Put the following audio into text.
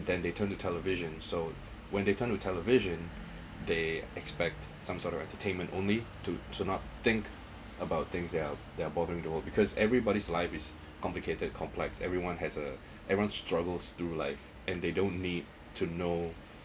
then they turn the television so when they turned to television they expect some sort of entertainment only to to not think about things out there bothering door because everybody's life is complicated complex everyone has a everyone struggles through life and they don't need to know